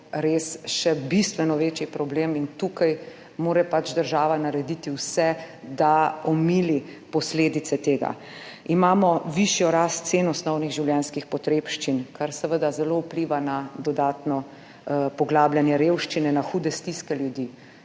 res še bistveno večji problem. Tukaj mora država narediti vse, da omili posledice tega. Imamo višjo rast cen osnovnih življenjskih potrebščin, kar seveda zelo vpliva na dodatno poglabljanje revščine, na hude stiske ljudi.